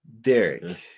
Derek